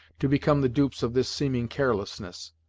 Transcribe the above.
to become the dupes of this seeming carelessness.